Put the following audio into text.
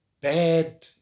bad